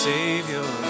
Savior